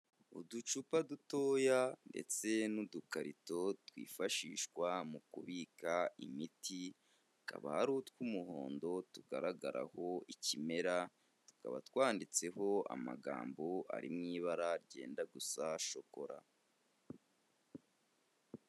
Uducupa dutoya ndetse n'udukarito twifashishwa mu kubika imiti kaba hari utw'umuhondo tugaragaraho ikimera tukaba twanditseho amagambo ari mu ibara ryenda gusa shokora.